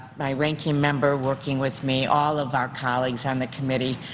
my ranking member working with me, all of our colleagues on the committee.